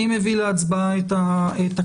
אני מביא להצבעה את התקנות,